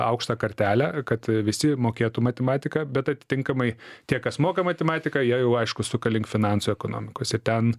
aukštą kartelę kad visi mokėtų matematiką bet atitinkamai tie kas moka matematiką jie jau aišku suka link finansų ekonomikos ir ten